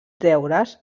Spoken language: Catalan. deures